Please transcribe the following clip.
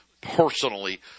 personally